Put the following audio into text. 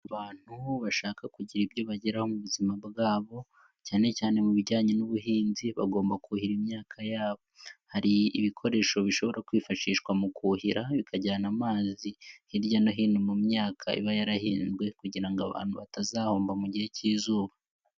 Abantu bashaka kugira ibyo bageraho mu buzima bwabo cyanecyane mu bijyanye n'ubuhinzi bagomba kuhira imyaka yabo, hari ibikoresho bishobora kwifashishwa mu kuhira bikajyana amazi hirya no hino mu myaka iba yarahinzwe kugira ngo abantu batazahomba mu gihe cy'izuba.